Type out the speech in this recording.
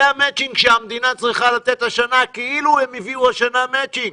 זה המצ'ינג שהמדינה צריכה לתת השנה כאילו הם הביאו השנה מצ'ינג.